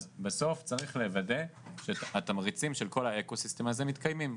אז בסוף צריך לוודא שהתמריצים של כל ה'אקו סיסטם' הזה מתקיימים.